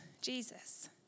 Jesus